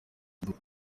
ndetse